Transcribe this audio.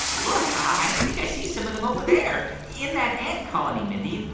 look. i think i see some of them over there in that ant colony, mindy.